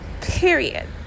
Period